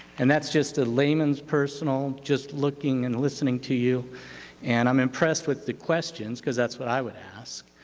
and that's just a layman's personal, just looking and listening to you and i'm impressed with the questions, because that's what i would ask.